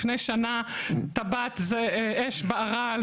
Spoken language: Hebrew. לפני שנה טבעת אש בערה על